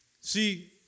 See